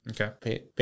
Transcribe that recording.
okay